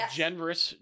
generous